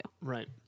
Right